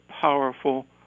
powerful